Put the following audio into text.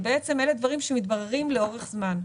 ובעצם אלה דברים שמתבררים לאורך זמן.